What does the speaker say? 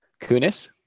kunis